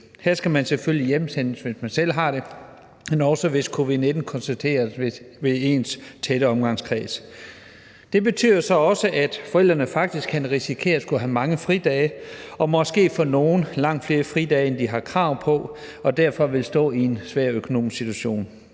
Her skal man selvfølgelig hjemsendes, hvis man selv er smittet, men også hvis smitte med covid-19 konstateres i ens tætte omgangskreds. Det betyder så også, at forældrene faktisk kan risikere at skulle have mange fridage, og for nogle vil det måske betyde langt flere fridage, end de har krav på, så de derfor vil komme til at stå i en svær økonomisk situation.